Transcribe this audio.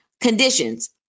conditions